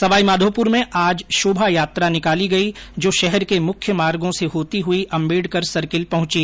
सवाईमाधोपुर में आज शोभायात्रा निकाली गई जो शहर के मुख्य मार्गो से होती हुई अम्बेडकर सर्किल पहुंची